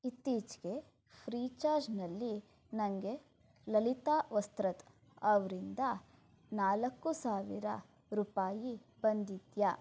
ಇತ್ತೀಚೆಗೆ ಫ್ರೀಚಾರ್ಜ್ನಲ್ಲಿ ನನಗೆ ಲಲಿತಾ ವಸ್ತ್ರದ್ ಅವರಿಂದ ನಾಲ್ಕು ಸಾವಿರ ರೂಪಾಯಿ ಬಂದಿದೆಯಾ